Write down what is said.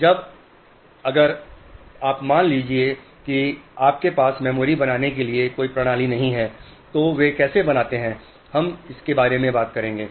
अब अगर मान लीजिए कि आपके पास मेमोरी बनाने की कोई प्रणाली नहीं है तो वे कैसे बनते हैं हम इसके बारे में बात करेंगे